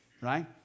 right